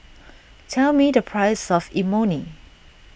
tell me the price of Imoni